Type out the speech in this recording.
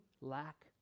lack